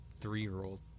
three-year-old